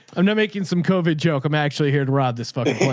i'm not making some covid joke. i'm actually here to rob this fucking place.